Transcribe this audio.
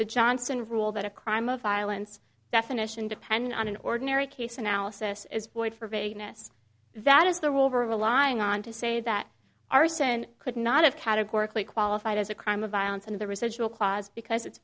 the johnson rule that a crime of violence definition depending on an ordinary case analysis is void for vagueness that is the rule relying on to say that arson could not have categorically qualified as a crime of violence and the residual clause because it's